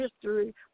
history